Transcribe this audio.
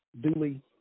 duly